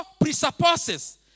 presupposes